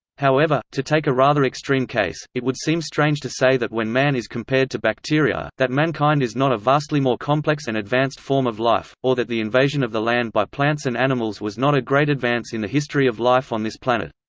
however, to take a rather extreme case, it would seem strange to say that when man is compared to bacteria, that mankind is not a vastly more complex and advanced form of life or that the invasion of the land by plants and animals was not a great advance in the history of life on this planet.